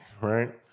right